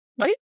right